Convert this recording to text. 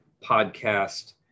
podcast